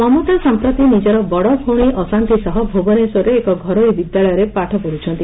ମମତା ସଫ୍ରତି ନିଜର ବଡ ଭଉଣୀ ଅଶାନ୍ତି ସହ ଭୁବନେଶ୍ୱରରେ ଏକ ଘରୋଇ ବିଦ୍ୟାଳୟରେ ପାଠ ପତୁଛନ୍ତି